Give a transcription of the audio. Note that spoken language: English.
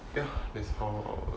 ya that's how our